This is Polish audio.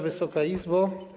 Wysoka Izbo!